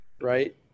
right